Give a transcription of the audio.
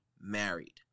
married